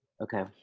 Okay